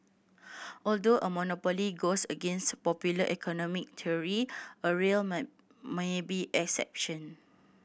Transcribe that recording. although a monopoly goes against popular economic theory a rail my may be exception